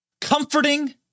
comforting